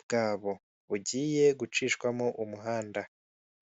bwabo bugiye gucishwamo umuhanda.